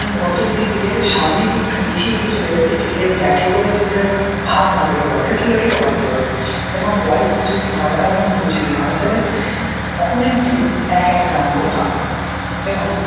বলটা যদি প্লেয়ারের সামনে দিয়ে একটু বেশি এগিয়ে চলে যায় যে প্লেয়ার ব্যাটে করেও যাতে হাত না পেল বলে তাহলে ওটাকে ওয়াইড বলে এবং ওয়াইড যদি হয় এবং নো যদি হয় তাহলে অপোনেন্ট টিম এক এক রান করে পাবে এবং